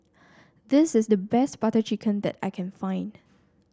this is the best Butter Chicken that I can find